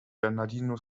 bernardino